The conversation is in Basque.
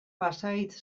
pasahitz